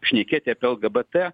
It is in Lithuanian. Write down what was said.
šnekėti apie lgbt